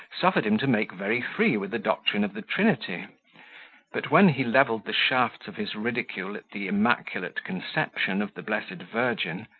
suffered him to make very free with the doctrine of the trinity but, when he leveled the shafts of his ridicule at the immaculate conception of the blessed virgin,